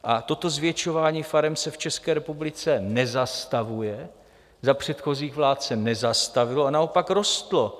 A toto zvětšování farem se v České republice nezastavuje, za předchozích vlád se nezastavilo a naopak rostlo.